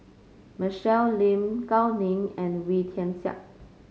Michelle Lim Gao Ning and Wee Tian Siak